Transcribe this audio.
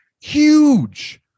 huge